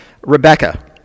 Rebecca